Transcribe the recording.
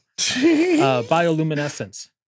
Bioluminescence